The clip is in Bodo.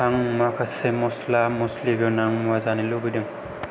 आं माखासे मसला मसलि गोनां मुवा जानो लुबैदों